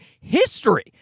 history